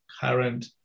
current